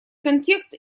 контекст